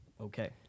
Okay